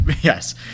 Yes